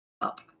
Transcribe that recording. up